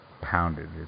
pounded